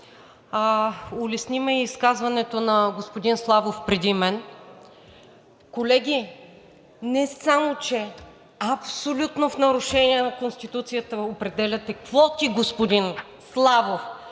Улесни ме и изказването на господин Славов преди мен. Колеги, не само че абсолютно в нарушение на Конституцията определяте квоти, господин Славов,